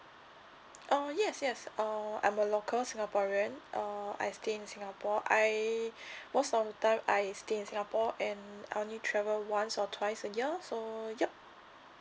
oh yes yes uh I'm a local singaporean uh I stay in singapore I most of the time I stay in singapore and I only travel once or twice a year so yup